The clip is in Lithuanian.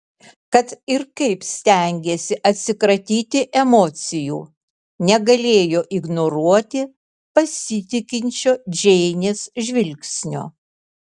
kad ir kaip stengėsi atsikratyti emocijų negalėjo ignoruoti pasitikinčio džeinės žvilgsnio